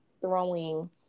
throwing